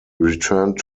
returned